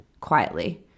quietly